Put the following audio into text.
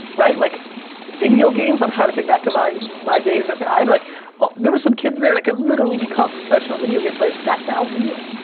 right? like video games. i'm trying to think back to my my days at the ida like ah there were some kids there that could literally become professional video game players. that's now real.